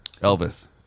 Elvis